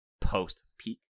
post-peak